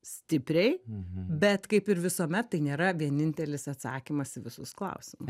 stipriai bet kaip ir visuomet tai nėra vienintelis atsakymas į visus klausimus